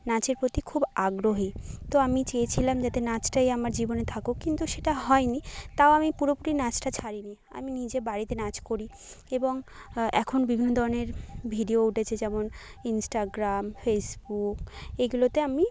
নাচের প্রতি খুব আগ্রহী তো আমি চেয়েছিলাম যাতে নাচটাই আমার জীবনে থাকুক কিন্তু সেটা হয় নি তাও আমি পুরোপুরি নাচটা ছাড়ি নি আমি নিজে বাড়িতে নাচ করি এবং এখন বিভিন্ন ধরণের ভিডিও উঠেছে যেমন ইন্সটাগ্রাম ফেসবুক এগুলোতে আমি